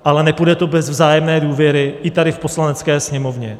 Ale nepůjde to bez vzájemné důvěry, i tady v Poslanecké sněmovně.